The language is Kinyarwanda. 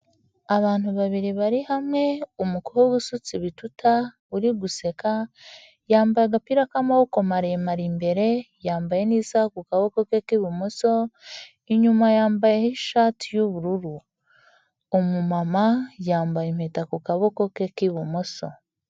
Abantu babiri bari hamwe, umukobwa usutse bituta uri guseka, yambaye agapira k'amaboko maremare imbere yambaye n'isaha ku kaboko ke k'ibumoso, inyuma yambayeho ishati y'ubururu. Umumama yambaye impeta ku kaboko ke k'ibumoso.